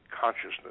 Consciousness